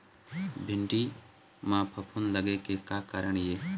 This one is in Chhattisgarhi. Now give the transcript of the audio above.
भिंडी म फफूंद लगे के का कारण ये?